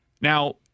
Now